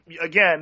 again